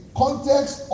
context